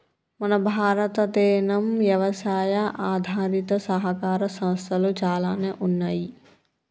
మన భారతదేనం యవసాయ ఆధారిత సహకార సంస్థలు చాలానే ఉన్నయ్యి